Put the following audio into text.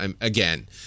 Again